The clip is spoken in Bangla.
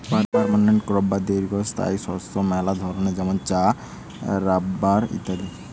পার্মানেন্ট ক্রপ বা দীর্ঘস্থায়ী শস্য মেলা ধরণের যেমন চা, রাবার ইত্যাদি